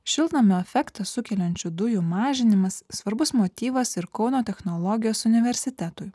šiltnamio efektą sukeliančių dujų mažinimas svarbus motyvas ir kauno technologijos universitetui